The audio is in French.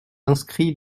inscrit